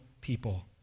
people